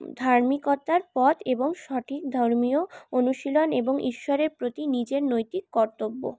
ধার্মিকতার পথ এবং সঠিক ধর্মীয় অনুশীলন এবং ঈশ্বরের প্রতি নিজের নৈতিক কর্তব্য